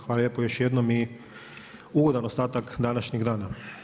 Hvala lijepo još jednom i ugodan ostatak današnjeg dana.